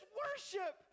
worship